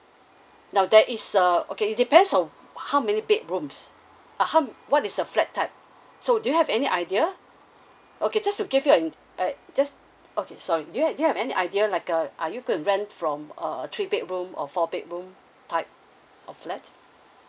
now there is okay it depends on how many bedrooms how um what is a flat type so do you have any idea okay just to give you uh uh just okay sorry do you do you have any idea like uh are you going to rent from a three bedroom or four bedroom type of flat